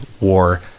War